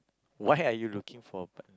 why are you looking for a